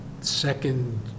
second